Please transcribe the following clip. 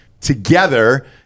together